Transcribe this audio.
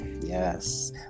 yes